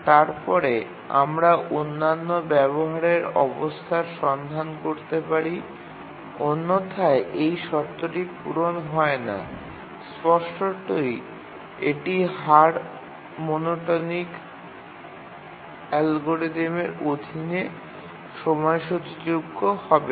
তারপরে আমরা অন্যান্য ব্যবহারের অবস্থার সন্ধান করতে পারি অন্যথায় এই শর্তটি পূরণ হয় না স্পষ্টতই এটি হার মনোটোনিক অ্যালগরিদমের অধীনে সময়সূচীযোগ্য হবে না